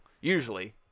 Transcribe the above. usually